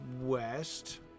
west